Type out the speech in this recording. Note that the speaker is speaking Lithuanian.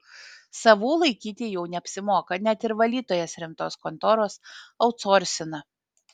savų laikyti jau neapsimoka net ir valytojas rimtos kontoros autsorsina